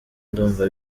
ndumva